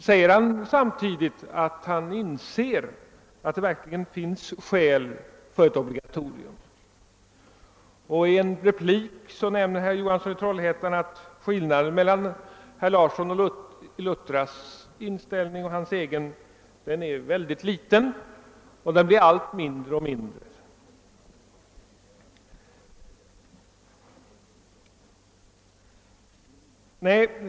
Samtidigt inser han att det verkligen finns skäl för ett obligatorium. I en replik säger herr Johansson i Trollhättan att skillnaden mellan herr Larssons i Luttra inställning och hans egen är mycket liten, och den blir allt mindre och mindre.